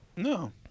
No